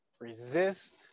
resist